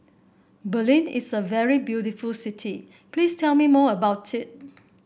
Berlin is a very beautiful city Please tell me more about it